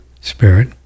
spirit